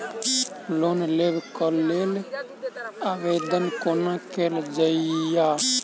Loan लेबऽ कऽ लेल आवेदन कोना कैल जाइया?